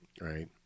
Right